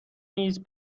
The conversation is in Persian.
نیز